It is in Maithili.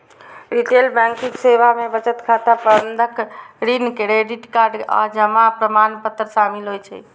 रिटेल बैंकिंग सेवा मे बचत खाता, बंधक, ऋण, क्रेडिट कार्ड आ जमा प्रमाणपत्र शामिल होइ छै